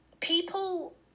people